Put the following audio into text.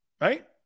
right